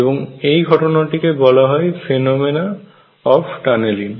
এবং এই ঘটনাটিকে বলা হয় ফেনোমেনা অফ টানেলিং